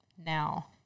Now